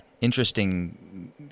interesting